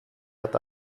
hat